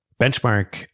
Benchmark